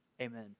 Amen